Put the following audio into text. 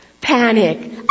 Panic